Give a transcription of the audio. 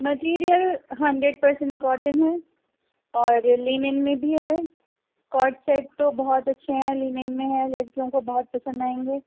material hundred percent cotton ہے اور linen میں بھی ہے کٹ سیٹ تو بہت اچھے ہیں لینن میں ہے لڑکیوں کو بہت پسند آئیں گے